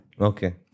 Okay